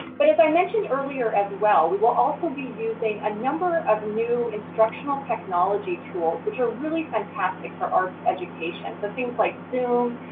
but as i mentioned earlier as well, we will also be using a number of new instructional technology tools which are really fantastic for arts education, things like zoom,